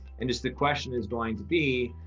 and just the question is going to be,